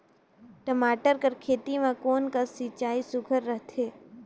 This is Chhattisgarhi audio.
टमाटर कर खेती म कोन कस सिंचाई सुघ्घर रथे?